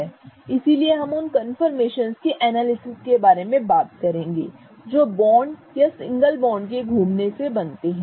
इसलिए हम उन कन्फर्मेशनस के एनालिसिस के बारे में बात करेंगे जो बॉन्ड या एकल बॉन्ड के घूमने से बनते हैं